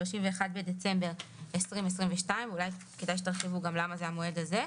(31 בדצמבר 2022)." אולי כדאי שתרחיבו למה נקבע המועד הזה.